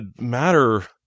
matter